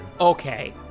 Okay